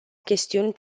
chestiuni